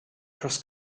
cross